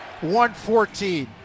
114